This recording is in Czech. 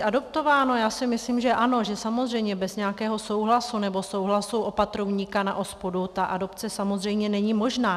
Já si myslím, že ano, že samozřejmě bez nějakého souhlasu nebo souhlasu opatrovníka na OSPODu ta adopce samozřejmě není možná.